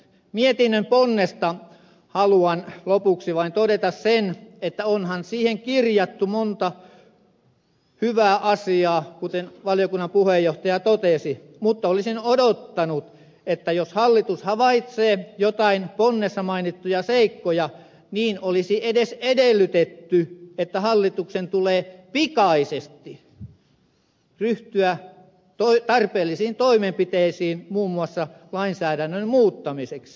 mietinnön ponnesta haluan lopuksi vain todeta sen että onhan siihen kirjattu monta hyvää asiaa kuten valiokunnan puheenjohtaja totesi mutta olisin odottanut että jos hallitus havaitsee jotain ponnessa mainittuja seikkoja niin olisi edes edellytetty että hallituksen tulee pikaisesti ryhtyä tarpeellisiin toimenpiteisiin muun muassa lainsäädännön muuttamiseksi